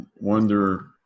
wonder